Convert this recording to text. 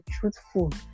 truthful